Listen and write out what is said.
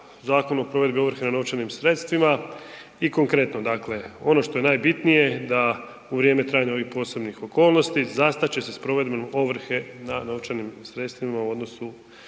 Zakonu o provedbi ovrhe na novčanim sredstvima i konkretno ono što je najbitnije da u vrijeme trajanja ovih posebnih okolnosti zastat će se s provedbom ovrhe na novčanim sredstvima u odnosu